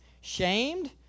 shamed